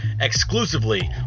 exclusively